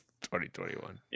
2021